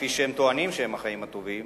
כפי שהם טוענים שהם החיים הטובים,